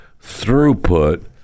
throughput